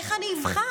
איך אני אבחר?